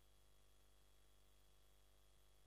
הישיבה הישיבה הבאה תתקיים מחר,